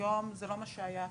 היום זה לא מה שהיה פעם.